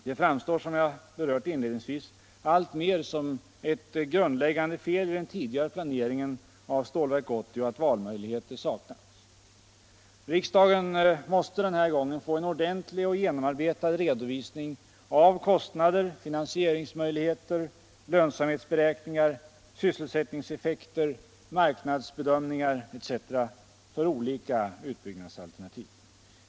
Det framstår, som jag berört inledningsvis, alltmer som ett grundläggande fel i den tidigare planeringen av Stålverk 80 att valmöjligheter saknats. Riksdagen måste denna gång få en ordentlig och genomarbetad redovisning av kostnader, finansieringsmöjligheter, lönsamhetsberäkningar, sysselsättningseffekter, marknadsbedömningar etc. för olika utbyggnadsalternativ.